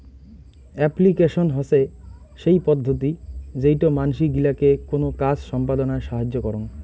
application হসে সেই পদ্ধতি যেইটো মানসি গিলাকে কোনো কাজ সম্পদনায় সাহায্য করং